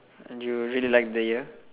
and you really like the year